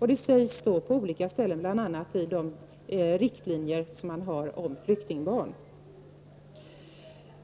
Detta sägs på olika ställen, bl.a. i riktlinjerna beträffande flyktingbarn.